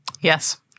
Yes